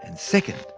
and second,